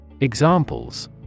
Examples